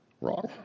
Wrong